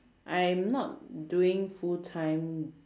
I'm not doing full time